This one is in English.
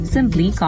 Simply